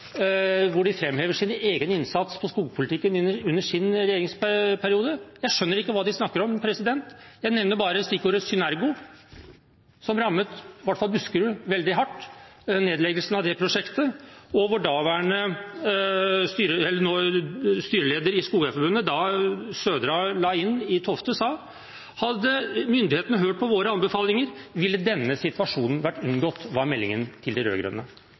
de framhever sin egen innsats i skogpolitikken under sin regjeringsperiode. Jeg skjønner ikke hva de snakker om. Jeg nevner bare stikkordet Xynergo – nedleggelsen av det prosjektet rammet i hvert fall Buskerud veldig hardt. Styreleder i Skogeierforbundet sa da Södra Cell la ned i Tofte: Hadde myndighetene hørt på våre anbefalinger, ville denne situasjonen vært unngått. Det var meldingen til de